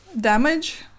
damage